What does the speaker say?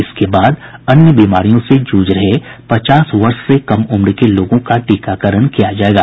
इसके बाद अन्य बीमारियों से जूझ रहे पचास वर्ष से कम उम्र के लोगों का टीकाकरण किया जाएगा